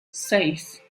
seis